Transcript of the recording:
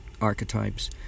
archetypes